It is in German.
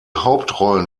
hauptrollen